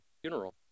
funeral